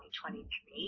2023